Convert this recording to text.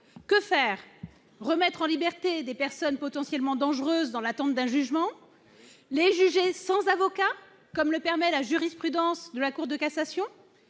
Que faire ? Remettre en liberté des personnes potentiellement dangereuses dans l'attente d'un jugement ? Les juger sans avocat, comme le permet la jurisprudence de la Cour de cassation ?